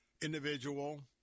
individual